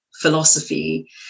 philosophy